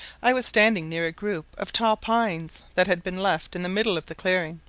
i was standing near a group of tall pines that had been left in the middle of the clearing,